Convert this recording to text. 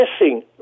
missing